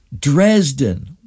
Dresden